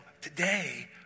today